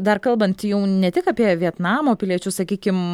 dar kalbant jau ne tik apie vietnamo piliečius sakykim